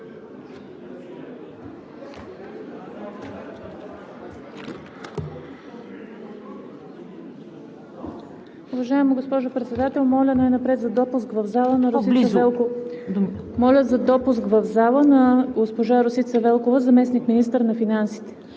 моля за допуск в залата на госпожа Росица Велкова – заместник-министър на финансите.